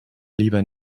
lieber